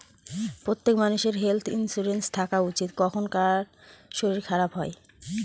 প্রত্যেক মানষের health insurance থাকা উচিত, কখন কার শরীর খারাপ হয়